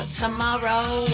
tomorrow